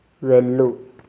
వెళ్ళు